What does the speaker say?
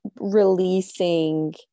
releasing